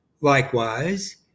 Likewise